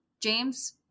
James